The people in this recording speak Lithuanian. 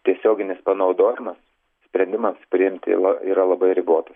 tiesioginis panaudojimas sprendimams priimti la yra labai ribotas